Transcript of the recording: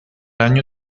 año